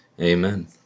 amen